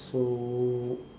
so